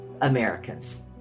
Americans